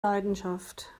leidenschaft